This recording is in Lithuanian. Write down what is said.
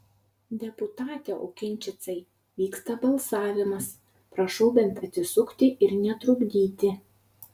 deputate okinčicai vyksta balsavimas prašau bent atsisukti ir netrukdyti